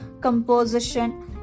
composition